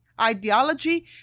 ideology